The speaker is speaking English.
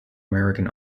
american